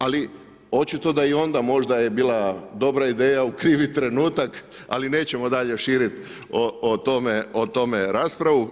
Ali očito da i onda možda je bila dobra ideja u krivi trenutak, ali nećemo dalje širiti o tome raspravu.